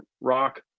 rock